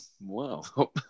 Wow